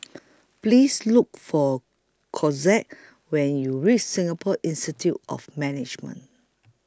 Please Look For Cortez when YOU REACH Singapore Institute of Management